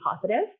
positive